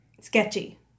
Sketchy